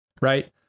right